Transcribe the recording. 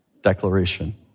declaration